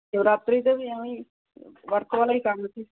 ਸ਼ਿਵਰਾਤਰੀ 'ਤੇ ਵੀ ਐਵੇਂ ਹੀ ਵਰਤ ਵਾਲਾ ਹੀ ਕੰਮ ਸੀ